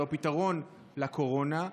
הוא הפתרון לקורונה.